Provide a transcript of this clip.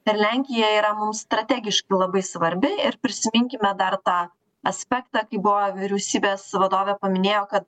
per lenkiją yra mums strategiškai labai svarbi ir prisiminkime dar tą aspektą kai buvo vyriausybės vadovė paminėjo kad